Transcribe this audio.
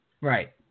Right